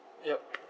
yup